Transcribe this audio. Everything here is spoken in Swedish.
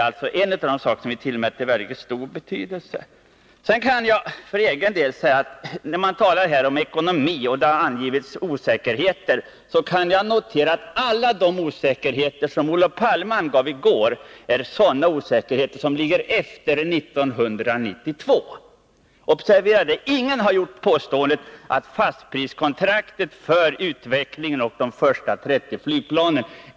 Alla de osäkerhetsmoment som Olof Palme drog fram i går ligger efter 1992. Observera att ingen har ifrågasatt fastpriskontraktet för utvecklingen och de första 30 flygplanen.